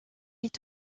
est